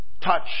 touch